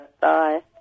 Bye